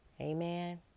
Amen